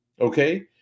Okay